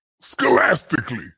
Scholastically